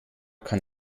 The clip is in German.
kann